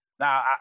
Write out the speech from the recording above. Now